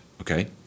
okay